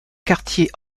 quartiers